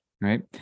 Right